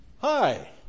Hi